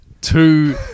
Two